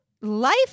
life